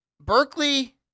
Berkeley